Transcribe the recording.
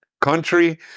country